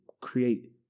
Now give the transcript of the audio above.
create